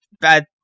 bad